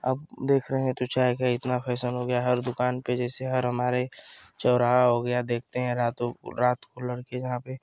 अब देख रहे हैं तो चाय का इतना फैसन हो गया है हर दुकान पर जैसे हर हमारे चौराहा हो गया देखते हैं रातों को रात को लड़के जहाँ पर